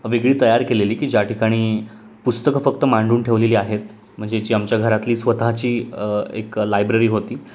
वेगळी तयार केलेली की ज्या ठिकाणी पुस्तकं फक्त मांडून ठेवलेली आहेत म्हणजे जी आमच्या घरातली स्वतःची एक लायब्ररी होती